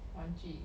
玩具